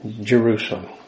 Jerusalem